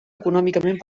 econòmicament